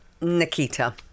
Nikita